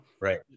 right